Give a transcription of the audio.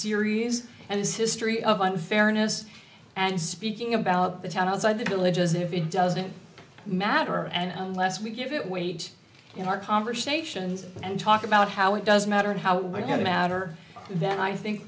serious and it's history of unfairness and speaking about the town outside the village as if it doesn't matter and unless we give it weight in our conversations and talk about how it doesn't matter how we're going to matter then i think